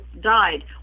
died